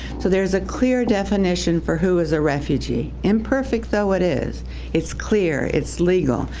so there's a clear definition for who is a refugee imperfect though it is it's clear. it's legal.